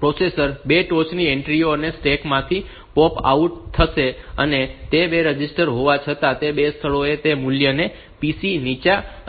processor 2 ટોચની એન્ટ્રીઓને stack માંથી પૉપ આઉટ થશે અને તે 2 રજીસ્ટર હોવા છતાં તે 2 સ્થળોએ તે મૂલ્યોને PC નીચા અને PC ઉચ્ચમાં મૂકશે